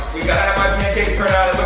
have my pancake turn out,